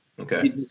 okay